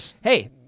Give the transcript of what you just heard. hey